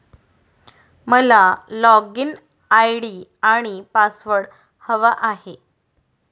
मला login ID आणि password हवा आहे